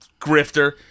grifter